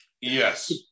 Yes